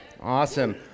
Awesome